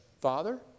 Father